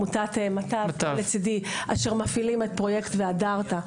מטב, אשר מפעילה את פרויקט "והדרת".